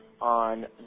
on